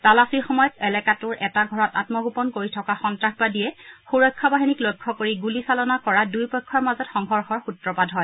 তালাচীৰ সময়ত এলেকাটোৰ এটা ঘৰত আমগোপন কৰি থকা সন্তাসবাদীয়ে সুৰক্ষা বাহিনীক লক্ষ্য কৰি গুলী চালনা কৰাত দুয়োপক্ষৰ মাজত সংঘৰ্ষৰ সূত্ৰপাত হয়